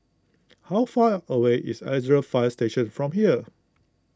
how far away is Alexandra Fire Station from here